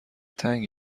تنگ